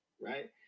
right